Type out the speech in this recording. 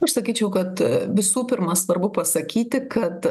aš sakyčiau kad visų pirma svarbu pasakyti kad